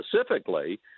Specifically